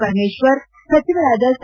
ಪರಮೇಶ್ವರ್ ಸಚಿವರಾದ ಸಾ